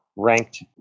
ranked